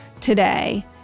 today